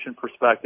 perspective